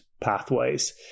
pathways